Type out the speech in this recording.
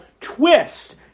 twist